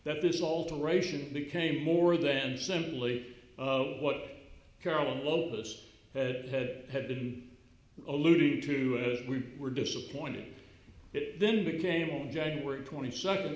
that this alteration became more than simply what carlos that had been alluding to as we were disappointed it then became on january twenty second